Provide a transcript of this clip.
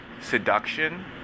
seduction